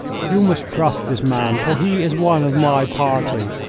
you must trust this man, for he is one of my party.